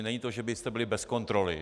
Není to, že byste byli bez kontroly.